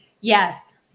Yes